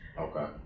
Okay